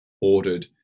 ordered